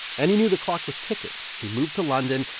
and he knew the clock was ticking. he moved to london.